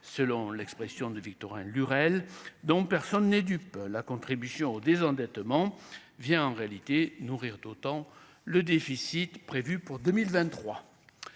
selon l'expression de Victorin Lurel dont personne n'est dupe, la contribution au désendettement vient en réalité nourrir d'autant le déficit prévu pour 2023